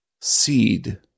Seed